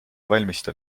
valmista